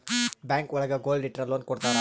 bank ಒಳಗ gold ಇಟ್ರ loan ಕೊಡ್ತಾರ